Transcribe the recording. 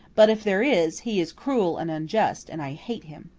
but, if there is, he is cruel and unjust, and i hate him.